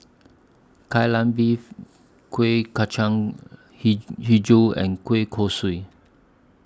Kai Lan Beef Kuih Kacang He Hijau and Kueh Kosui